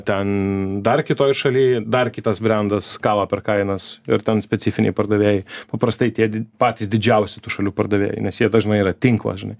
ten dar kitoj šaly dar kitas brendas kala per kainas ir ten specifiniai pardavėjai paprastai tie di patys didžiausi tų šalių pardavėjai nes jie dažnai yra tinklas žinai